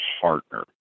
partner